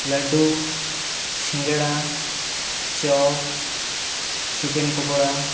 ᱞᱟᱹᱰᱩ singara chop chicken ᱯᱚᱠᱚᱲᱟ